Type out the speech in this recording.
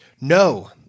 No